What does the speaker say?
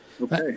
okay